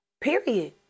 period